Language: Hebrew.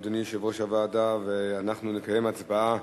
אדוני יושב-ראש הוועדה, ואנחנו נקיים הצבעה